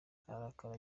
ararakara